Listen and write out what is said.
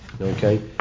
Okay